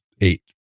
eight